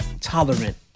tolerant